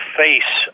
face